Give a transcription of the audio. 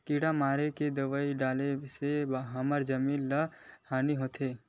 किड़ा मारे के दवाई डाले से हमर जमीन ल का हानि होथे?